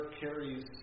carries